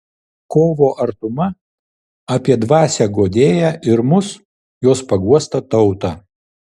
kovo artuma apie dvasią guodėją ir mus jos paguostą tautą